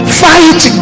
fight